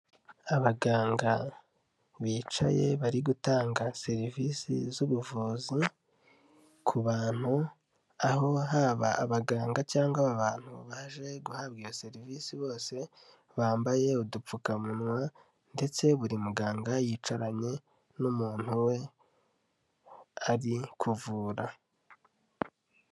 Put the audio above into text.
Abaganga bicaye, bari gutanga serivisi z'ubuvuzi ku bantu aho haba abaganga cyangwa aba bantu baje guhabwa iyo serivise bose bambaye udupfukamunwa ndetse buri muganga yicaranye n'umuntu we ari kuvura.